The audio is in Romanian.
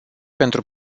pentru